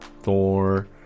Thor